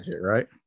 right